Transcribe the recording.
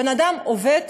בן-אדם עובד,